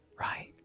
right